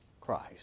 Christ